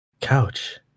couch